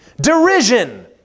Derision